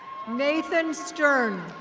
nathan stern.